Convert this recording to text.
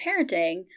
parenting